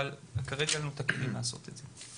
אבל כרגע אין לנו תקציב לעשות את זה.